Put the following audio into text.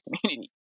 community